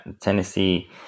Tennessee